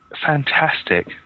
fantastic